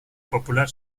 popular